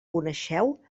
coneixeu